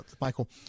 Michael